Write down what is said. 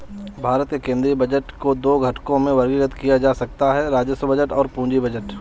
भारत के केंद्रीय बजट को दो घटकों में वर्गीकृत किया जा सकता है राजस्व बजट और पूंजी बजट